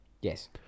yes